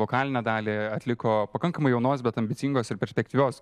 vokalinę dalį atliko pakankamai jaunos bet ambicingos ir perspektyvios